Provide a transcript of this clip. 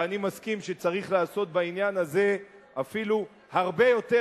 ואני מסכים שצריך לעשות בעניין הזה אפילו הרבה יותר,